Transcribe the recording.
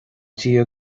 dia